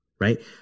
right